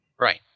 Right